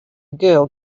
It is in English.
girl